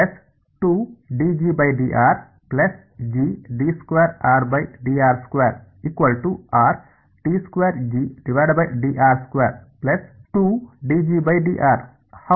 ಆದ್ದರಿಂದ ಇದು ಜಿ ಅನ್ನು ಹೊಂದಿರುತ್ತದೆ ಹೌದು